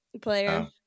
player